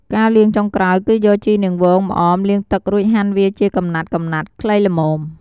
ការលាងចុងក្រោយគឺយកជីរនាងវង ម្អម លាងទឹករួចហាន់វាជាកំណាត់ៗខ្លីល្មម ។